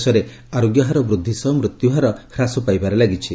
ଦେଶରେ ଆରୋଗ୍ୟ ହାର ବୃଦ୍ଧି ସହ ମୃତ୍ୟୁ ହାର ହ୍ରାସ ପାଇବାରେ ଲାଗିଛି